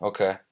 Okay